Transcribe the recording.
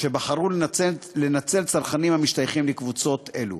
שבחרו לנצל צרכנים המשתייכים לקבוצות אלו.